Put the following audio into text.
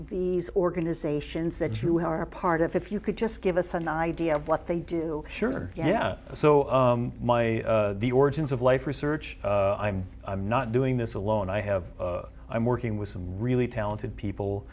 the organizations that you were a part of if you could just give us an idea of what they do sure yeah so my the origins of life research i'm not doing this alone i have i'm working with some really talented people